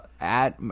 add